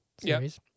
series